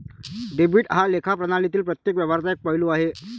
debit हा लेखा प्रणालीतील प्रत्येक व्यवहाराचा एक पैलू आहे